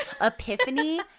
Epiphany